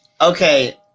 okay